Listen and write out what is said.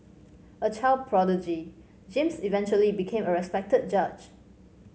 a child prodigy James eventually became a respected judge